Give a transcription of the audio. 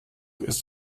ist